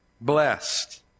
blessed